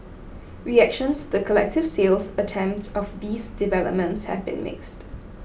reactions the collective sales attempt of these developments have been mixed